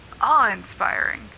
awe-inspiring